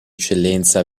eccellenza